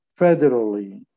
federally